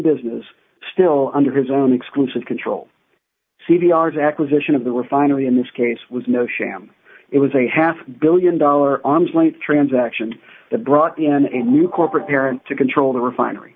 business still under his own exclusive control c v r is acquisition of the refinery in this case was no sham it was a half one billion dollars arm's length transaction that brought the end of a new corporate parent to control the refinery